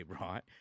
right